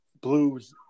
blues